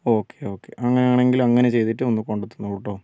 okay okay അങ്ങനെയാണെങ്കില് അങ്ങനെ ചെയ്തിട്ട് ഒന്ന് കൊണ്ടുത്തന്നോളൂ കേട്ടോ